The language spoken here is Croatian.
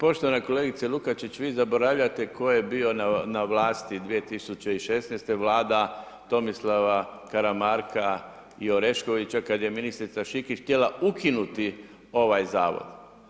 Poštovana kolegice Lukačić, vi zaboravljate tko je bio na vlasti 2016., Vlada Tomislava Karamarka i Oreškovića, kada je ministrica Šikić htjela ukinuti ovaj Zavod.